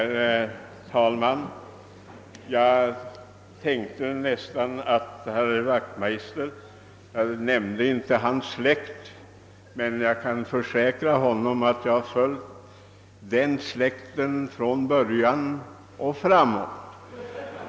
Herr talman! Jag nämnde inte herr Wachtmeisters släkt men jag kan försäkra herr Wachtmeister att jag följt den från början och framåt.